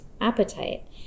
appetite